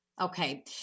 Okay